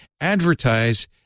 advertise